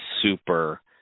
super